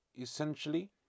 essentially